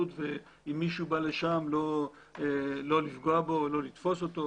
רבותיי, בואו ננסה לעשות את זה מסודר.